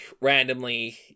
randomly